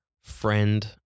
friend